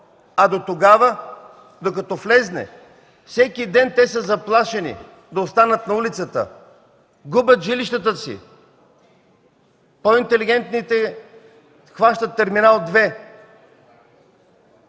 А дотогава, докато влезе, всеки ден те са заплашени да останат на улицата, губят жилищата си, по-интелигентните хващат Терминал 2.